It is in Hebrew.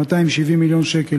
270 מיליון שקל,